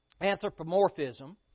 anthropomorphism